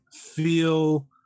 feel